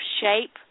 shape